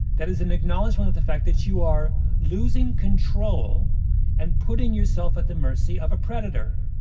that is an acknowledgement of the fact that you are losing control and putting yourself at the mercy of a predator.